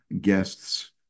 guests